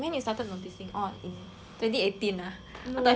twenty eighteen ah what the hell you stalker